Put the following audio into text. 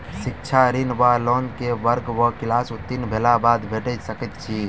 शिक्षा ऋण वा लोन केँ वर्ग वा क्लास उत्तीर्ण भेलाक बाद भेट सकैत छी?